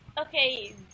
Okay